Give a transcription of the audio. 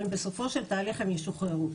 אבל בסופו של תהליך הם ישוחררו.